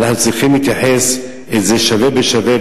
אנחנו צריכים להתייחס לזה שווה בשווה,